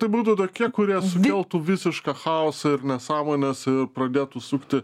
tai būtų tokie kurie sukeltų visišką chaosą ir nesąmones pradėtų sukti